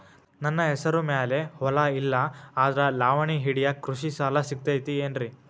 ನನ್ನ ಹೆಸರು ಮ್ಯಾಲೆ ಹೊಲಾ ಇಲ್ಲ ಆದ್ರ ಲಾವಣಿ ಹಿಡಿಯಾಕ್ ಕೃಷಿ ಸಾಲಾ ಸಿಗತೈತಿ ಏನ್ರಿ?